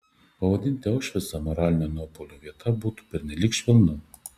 pavadinti aušvicą moralinio nuopuolio vieta būtų pernelyg švelnu